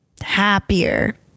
happier